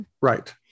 Right